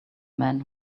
man